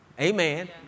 Amen